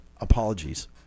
apologies